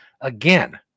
Again